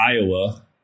Iowa